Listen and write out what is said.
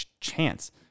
chance